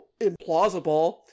implausible